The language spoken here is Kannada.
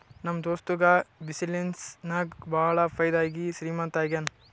ನಮ್ ದೋಸ್ತುಗ ಬಿಸಿನ್ನೆಸ್ ನಾಗ್ ಭಾಳ ಫೈದಾ ಆಗಿ ಶ್ರೀಮಂತ ಆಗ್ಯಾನ